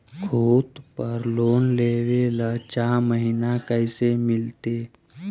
खूत पर लोन लेबे ल चाह महिना कैसे मिलतै?